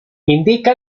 indica